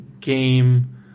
game